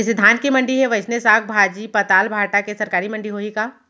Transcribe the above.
जइसे धान के मंडी हे, वइसने साग, भाजी, पताल, भाटा के सरकारी मंडी होही का?